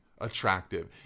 attractive